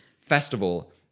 festival